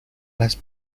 las